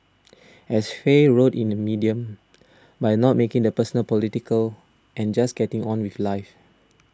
as Faye wrote in Medium by not making the personal political and just getting on with life